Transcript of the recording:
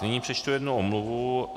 Nyní přečtu jednu omluvu.